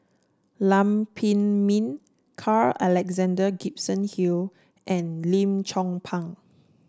Lam Pin Min Carl Alexander Gibson Hill and Lim Chong Pang